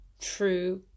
true